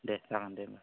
दे जागोन दे होमब्ला